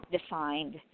defined